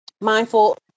mindful